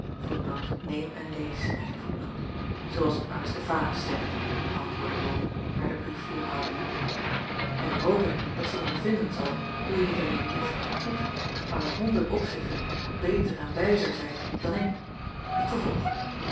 als aristofanes zegt antwoordde bol haar den brief voorhoudende en nu hoop ik dat zij ondervinden zal hoe je niet alleen lief en goed maar in honderd opzichten beter en wijzer zijt dan ik ik vervolg